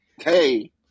Hey